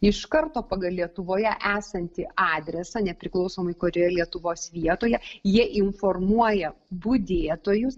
iš karto pagal lietuvoje esantį adresą nepriklausomai kurioje lietuvos vietoje jie informuoja budėtojus